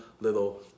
little